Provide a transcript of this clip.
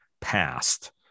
passed